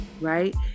right